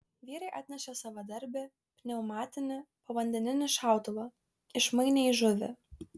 vyrai atnešė savadarbį pneumatinį povandeninį šautuvą išmainė į žuvį